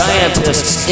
Scientists